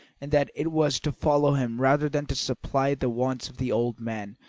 and that it was to follow him rather than to supply the wants of the old man,